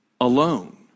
alone